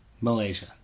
Malaysia